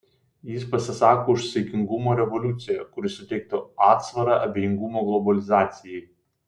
jis pasisako už saikingumo revoliuciją kuri suteiktų atsvarą abejingumo globalizacijai